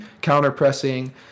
counter-pressing